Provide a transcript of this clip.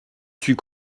suis